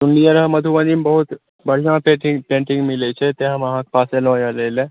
सुनलियै हॅं मधुबनी मे बहुत बढ़िऑं पेंटिंग मिलै छै तैं हम अहाँ के पास अयलहुॅंया लै लए